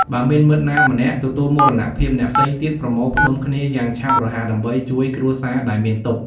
បើមានមិត្តណាម្នាក់ទទួលមរណភាព អ្នកផ្សេងទៀតប្រមូលផ្តុំគ្នាយ៉ាងឆាប់រហ័ស ដើម្បីជួយគ្រួសារដែលមានទុក្ខ។